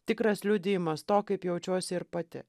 tikras liudijimas to kaip jaučiuosi ir pati